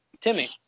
Timmy